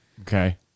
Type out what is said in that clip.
Okay